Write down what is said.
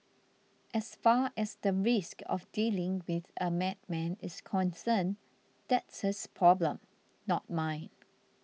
as far as the risk of dealing with a madman is concerned that's his problem not mine